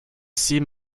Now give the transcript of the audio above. seam